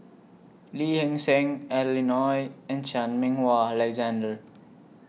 Lee Hee Seng Adeline Ooi and Chan Meng Wah Alexander